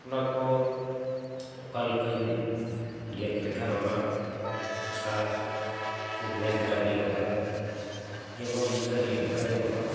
ᱚᱱᱟ ᱠᱚ ᱚᱠᱟ ᱞᱮᱠᱟᱧ ᱜᱮᱫ ᱞᱮᱠᱷᱟᱱ ᱚᱱᱟ ᱦᱟᱥᱟ ᱥᱮ ᱵᱮᱥ ᱫᱷᱟᱨᱟ ᱧᱮᱞᱚᱜᱼᱟ ᱡᱮᱢᱚᱱ ᱥᱟᱹᱨᱤᱭᱟᱜ ᱞᱮᱠᱟ ᱧᱮᱞᱚᱜ ᱢᱟ